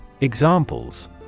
Examples